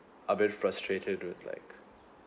a bit frustrated with like